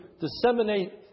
disseminate